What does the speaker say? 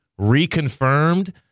reconfirmed